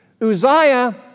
Uzziah